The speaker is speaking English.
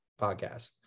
podcast